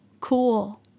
cool